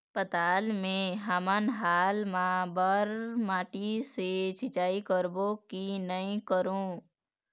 पताल मे हमन हाल मा बर माटी से सिचाई करबो की नई करों?